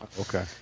Okay